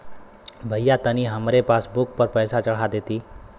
भईया तनि हमरे पासबुक पर पैसा चढ़ा देती